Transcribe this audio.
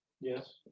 Yes